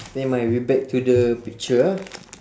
never mind we back to the picture ah